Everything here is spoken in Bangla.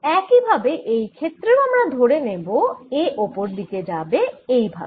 একই ভাবে এই ক্ষেত্রেও আমরা ধরে নেব A ওপর দিকে যাবে এই ভাবে